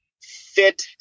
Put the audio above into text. fit